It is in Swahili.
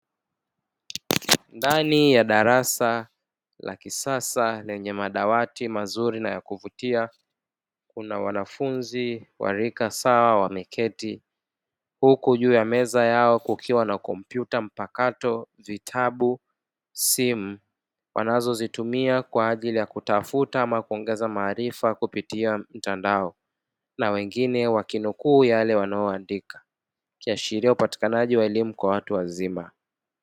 Ndani ya darasa la kisasa lenye madawati mazuri na ya kuvutia, kuna wanafunzi wa rika sawa wameketi huku juu ya meza yao kukiwa na kompyuta mpakato, vitabu, simu; wanazozitumia kwa ajili ya kutafuta ama kuongeza maarifa kupitia mtandao na wengine wakinukuu yale wanayoandika. Ikiashiria upatikanaji wa elimu kwa watu wazima.